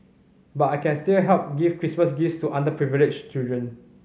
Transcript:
but I can still help give Christmas gifts to underprivileged children